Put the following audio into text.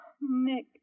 Nick